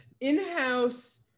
in-house